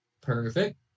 Perfect